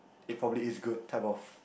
it probably is good type of